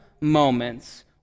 moments